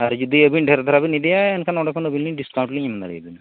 ᱟᱨ ᱡᱩᱫᱤ ᱟᱵᱤᱱ ᱫᱷᱮ ᱨ ᱫᱷᱟᱨᱟ ᱵᱤᱱ ᱤᱫᱤᱭᱟ ᱮᱱᱠᱷᱟᱱ ᱚᱸᱰᱮ ᱠᱷᱚᱱ ᱰᱷᱮ ᱨᱞᱤᱧ ᱰᱤᱥᱠᱟᱭᱩᱱᱴ ᱞᱤᱧ ᱮᱢ ᱫᱟᱲᱮᱭᱟᱵᱮᱱᱟ